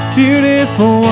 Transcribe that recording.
beautiful